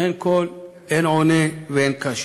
אין קול, אין עונה ואין קשב.